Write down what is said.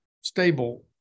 stable